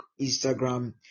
Instagram